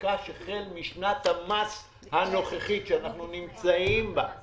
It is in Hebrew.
שנרכש החל משנת המס הנוכחית שאנחנו נמצאים בה,